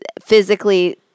physically